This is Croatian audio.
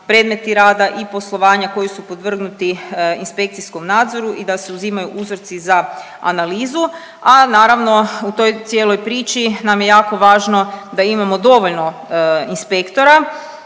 predmeti rada i poslovanja koji su podvrgnuti inspekcijskom nadzoru i da se uzimaju uzorci za analizu, a naravno, u toj cijeloj priči nam je jako važno da imamo dovoljno inspektora,